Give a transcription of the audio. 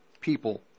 people